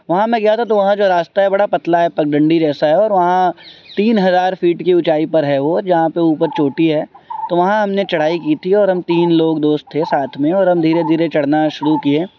وہاں میں گیا تھا تو وہاں جو راستہ ہے بڑا پتلا ہے پگڈنڈی جیسا ہے اور وہاں تین ہزار فیٹ کی اونچائی پر ہے وہ جہاں پہ اوپر چوٹی ہے تو وہاں ہم نے چڑھائی کی تھی اور ہم تین لوگ دوست تھے ساتھ میں اور ہم دھیرے دھیرے چڑھنا شروع کیے